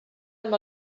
amb